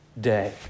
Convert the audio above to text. Day